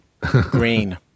Green